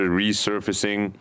resurfacing